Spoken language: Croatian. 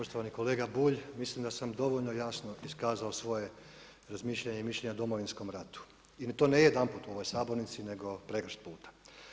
Poštovani kolega Bulj, mislim da sam dovoljno jasno iskazao svoje razmišljanje i mišljenja o Domovinskom ratu i to ne jedanput u ovoj sabornici nego pregršt puta.